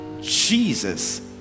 Jesus